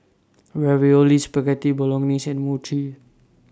Ravioli Spaghetti Bolognese and Mochi